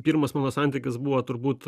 pirmas mano santykis buvo turbūt